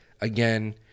again